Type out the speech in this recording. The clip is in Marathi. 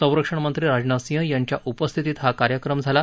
संरक्षणमंत्री राजनाथ सिंह यांच्या उपस्थितीत हा कार्यक्रम झाला